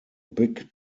big